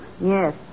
Yes